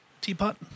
Teapot